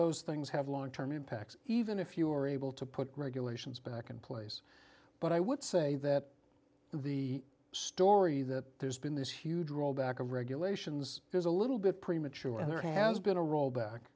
those things have long term impacts even if you were able to put regulations back in place but i would say that the story that there's been this huge rollback of regulations there's a little bit premature and there has been a rollback